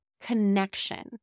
connection